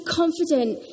confident